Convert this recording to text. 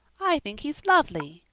i think he's lovely,